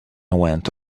went